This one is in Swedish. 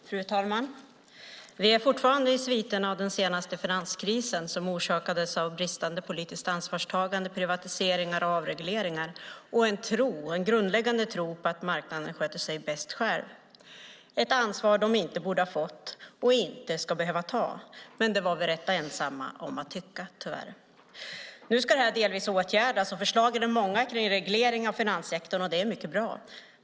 Fru talman! Vi är fortfarande i sviterna av den senaste finanskrisen, som orsakades av bristande politiskt ansvarstagande, privatiseringar och avregleringar och en grundläggande tro på att marknaden sköter sig bäst själv, ett ansvar de inte borde ha fått och inte ska behöva ta. Men det var vi rätt ensamma om att tycka, tyvärr. Nu ska de det här delvis åtgärdas, och förslagen är många kring reglering av finanssektorn, och det är mycket bra.